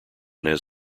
nez